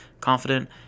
confident